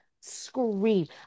scream